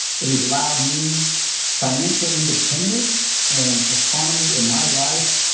it has allowed me financial independence and autonomy in my life,